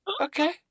Okay